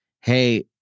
Hey